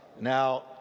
Now